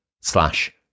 slash